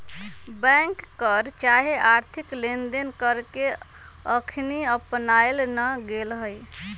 bank कर चाहे आर्थिक लेनदेन कर के अखनी अपनायल न गेल हइ